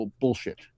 bullshit